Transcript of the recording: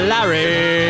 Larry